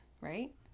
right